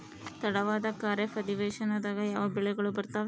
ತಡವಾದ ಖಾರೇಫ್ ಅಧಿವೇಶನದಾಗ ಯಾವ ಬೆಳೆಗಳು ಬರ್ತಾವೆ?